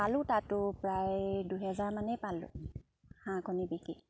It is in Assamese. পালোঁ তাতো প্ৰায় দুহেজাৰমানেই পালোঁ হাঁহ কণী বিকি